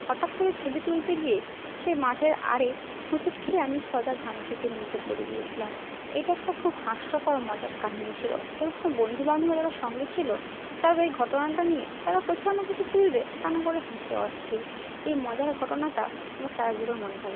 হঠাৎ করে ছবি তুলতে গিয়ে সে মাঠের আড়ে হোঁচট খেয়ে আমি সোজা ধান খেতের নিচে পড়ে গিয়েছিলাম এটা একটা খুব হাস্যকর মজার কাহিনি ছিল এবং আমার বন্ধু বান্ধবী যারা সঙ্গে ছিল তারা ওই ঘটনাটা নিয়ে তারা কোথায় আমাকে এসে তুলবে তা না করে হেসে অস্থির এই মজার ঘটনাটা আমার সারা জীবন মনে থাকবে